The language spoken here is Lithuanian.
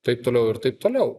taip toliau ir taip toliau